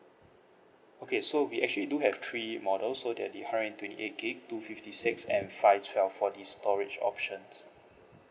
okay so we actually do have three models so that the hundred and twenty eight gig two fifty six and five twelve for the storage options